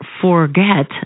forget